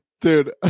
Dude